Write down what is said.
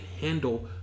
handle